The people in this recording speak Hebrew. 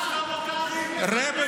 הרבי